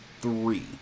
three